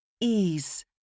Ease